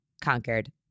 conquered